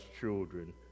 children